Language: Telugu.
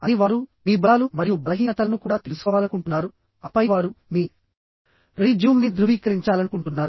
అని వారు మీ బలాలు మరియు బలహీనతలను కూడా తెలుసుకోవాలనుకుంటున్నారు ఆపై వారు మీ రిజ్యూమ్ని ధృవీకరించాలనుకుంటున్నారు